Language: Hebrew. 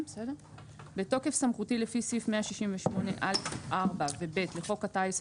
התשפ"ב-2022 "בתוקף סמכותי לפי סעיף 168(א)(4) ו-(ב) לחוק הטיס,